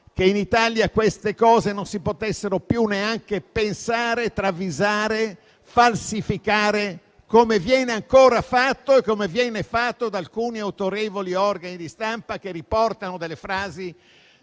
in Italia - queste cose non si potessero più neanche pensare, travisare, falsificare, come viene ancora fatto da alcuni autorevoli organi di stampa che riportano delle frasi